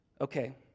Okay